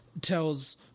tells